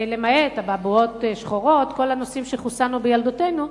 למעט אבעבועות שחורות, כל מה שחוסנו בילדותנו,